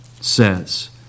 says